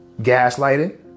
gaslighting